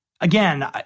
Again